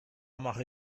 mache